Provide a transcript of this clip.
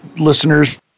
listeners